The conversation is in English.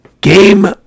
Game